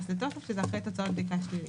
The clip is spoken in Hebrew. לתוקף שזה אחרי תוצאות בדיקה שלילית.